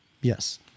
Yes